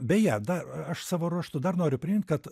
beje dar aš savo ruožtu dar noriu primint kad